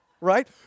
Right